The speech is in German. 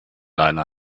leine